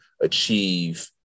achieve